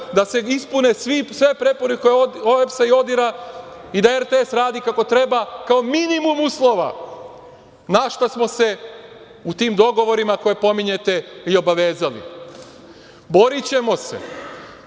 da se ispune sve preporuke OEBS-a i ODIHR-a i da RTS radi kako treba kao minimum uslova na šta smo se u tim dogovorima, koje pominjete, i obavezali. Borićemo se